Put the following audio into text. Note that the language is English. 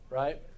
right